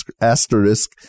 asterisk